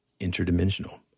interdimensional